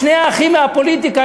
שני האחים מהפוליטיקה,